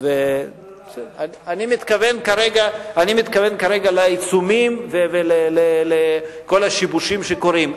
אני מתכוון כרגע לעיצומים ולכל השיבושים שקורים.